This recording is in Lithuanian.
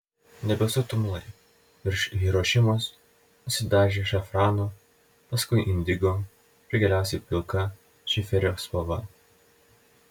debesų tumulai virš hirošimos nusidažė šafrano paskui indigo ir galiausiai pilka šiferio spalva